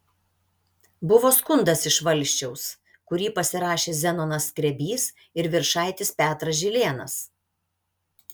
buvo skundas iš valsčiaus kurį pasirašė zenonas skrebys ir viršaitis petras žilėnas